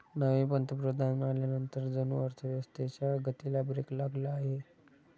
नवे पंतप्रधान आल्यानंतर जणू अर्थव्यवस्थेच्या गतीला ब्रेक लागला आहे